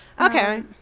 Okay